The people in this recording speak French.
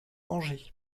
angers